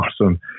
awesome